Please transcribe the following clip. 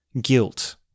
Guilt